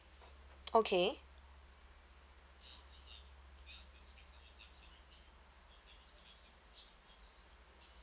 okay